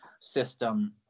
system